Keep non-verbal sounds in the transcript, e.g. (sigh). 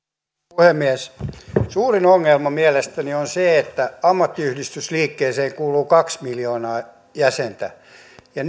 puhemies suurin ongelma mielestäni on se että ammattiyhdistysliikkeeseen kuuluu kaksi miljoonaa jäsentä ja (unintelligible)